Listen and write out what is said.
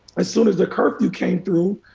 as soon as the curtain came through,